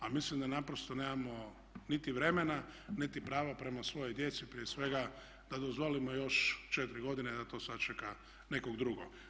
A mislim da naprosto nemamo niti vremena niti prava prema svojoj djeci, prije svega da dozvolimo još 4 godine da to sačeka nekog drugog.